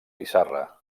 pissarra